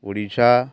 Odisha